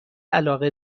علاقه